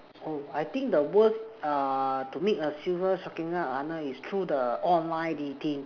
oh I think the worst uh to make a silver shocking is through the online dating